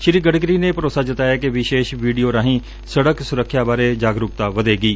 ਸ੍ਰੀ ਗਡਕਰੀ ਨੇ ਭਰੋਸਾ ਜਤਾਇਆ ਕਿ ਵਿਸ਼ੇਸ਼ ਵੀਡੀਓ ਰਾਹੀਂ ਸੜਕ ਸੁਰੱਖਿਆ ਬਾਰੇ ਜਾਗਰੁਕਤਾ ਵਧੇਗੀ